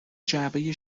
جعبه